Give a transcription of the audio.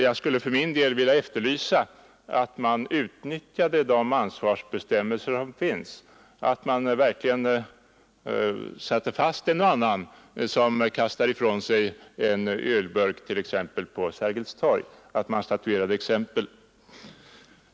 Jag efterlyser ett utnyttjande av de ansvarsbestämmelser som faktiskt finns. Det borde gå att ”sätta fast” en och annan som t.ex. på Sergels torg kastar ifrån sig en ölburk. Man borde statuera exempel.